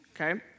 okay